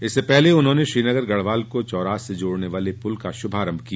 इससे पहले उन्होंने श्रीनगर गढ़वाल को चौरास से जोड़ने वाले पुल का श्भारंभ भी किया